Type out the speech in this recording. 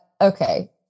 Okay